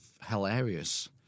hilarious